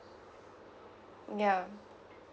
ya